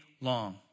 long